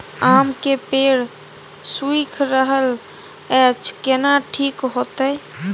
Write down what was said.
आम के पेड़ सुइख रहल एछ केना ठीक होतय?